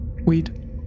Weed